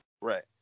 Right